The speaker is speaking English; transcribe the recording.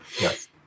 yes